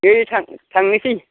नै थांनोसै